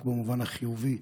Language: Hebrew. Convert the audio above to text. רק במובן החיובי.